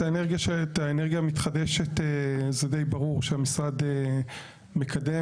את האנרגיה המתחדשת זה די ברור שהמשרד מקדם,